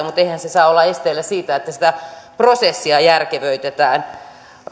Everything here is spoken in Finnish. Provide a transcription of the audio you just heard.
mutta eihän se saa olla esteenä sille että sitä prosessia järkevöitetään